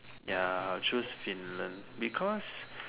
ya I'll choose Finland because